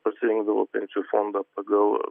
pasirinkdavo pensijų fondą pagal